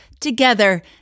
together